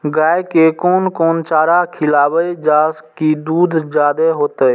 गाय के कोन कोन चारा खिलाबे जा की दूध जादे होते?